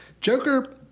Joker